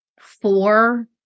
four